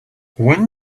when